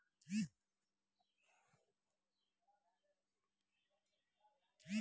ठढियाक साग बड़ नीमन होए छै